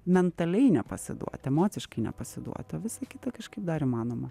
mentaliai nepasiduot emociškai nepasiduoti o visa kita kažkaip dar įmanoma